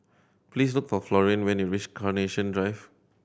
please look for Florian when you reach Carnation Drive